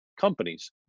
companies